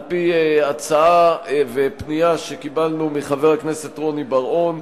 על-פי הצעה ופנייה שקיבלנו מחבר הכנסת רוני בר-און,